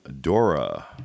Dora